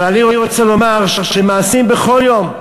אבל אני רוצה לומר שנעשים כל יום,